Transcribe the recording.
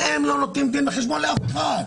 והם לא נותנים דין וחשבון לאף אחד.